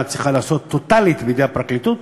צריכה להיעשות טוטלית על-ידי הפרקליטות,